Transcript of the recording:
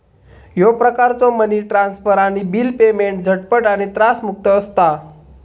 ह्यो प्रकारचो money transfer आणि बिल पेमेंट झटपट आणि त्रासमुक्त असता